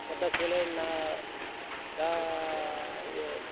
பட்டர்ஃபிளேனா கா